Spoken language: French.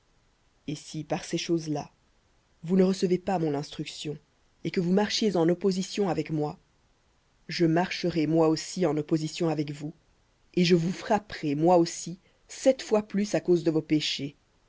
et si par ces choses-là vous ne recevez pas mon instruction et que vous marchiez en opposition avec moi je marcherai moi aussi en opposition avec vous et je vous frapperai moi aussi sept fois plus à cause de vos péchés